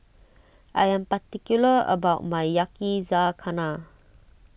I am particular about my Yakizakana